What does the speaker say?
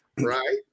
Right